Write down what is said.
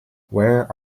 where